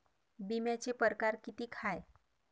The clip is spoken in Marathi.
बिम्याचे परकार कितीक हाय?